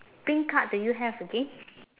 pink card do you have again